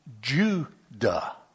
Judah